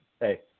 hey